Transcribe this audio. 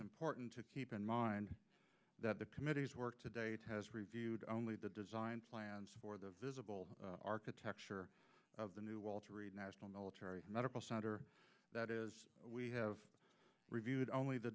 important to keep in mind that the committee's work to date has reviewed only the design plans for the visible architecture of the new walter reed national military medical center that is we have reviewed only the